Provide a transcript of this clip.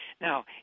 Now